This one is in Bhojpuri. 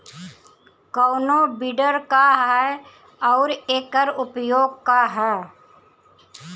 कोनो विडर का ह अउर एकर उपयोग का ह?